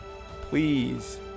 please